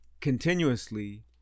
continuously